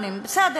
חסר אונים, בסדר.